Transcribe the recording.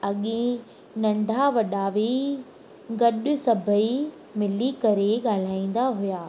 अॻिए नंढा वॾा बि गॾु सभई मिली करे ॻाल्हाईंदा हुया